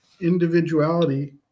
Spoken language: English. individuality